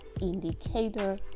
indicator